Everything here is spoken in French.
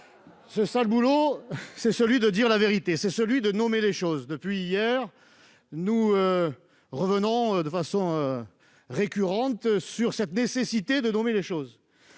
Le sale boulot, c'est dire la vérité et nommer les choses. Depuis hier, nous revenons de façon récurrente sur cette nécessité de nommer les choses.